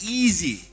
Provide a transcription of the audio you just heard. easy